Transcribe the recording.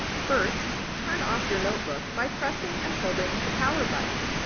first, turn off your notebook by pressing and holding the power button.